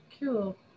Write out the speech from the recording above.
Cool